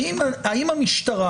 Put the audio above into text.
האם המשטרה